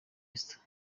esther